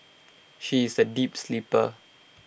she is A deep sleeper